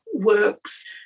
works